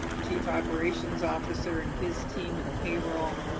chief operations officer and his team, and payroll,